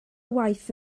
waith